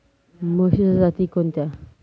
म्हशीच्या जाती कोणत्या?